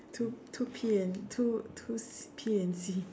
two two P and two two P and C